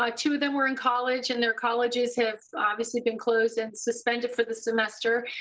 ah two of them were in college, and their colleges have obviously been closed and suspended for the semester,